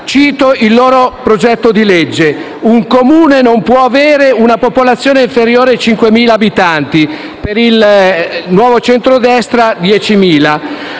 Cito il loro progetto di legge: «Un Comune non può avere una popolazione inferiore a 5.000 abitanti»; per il Nuovo Centrodestra 10.000,